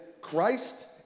Christ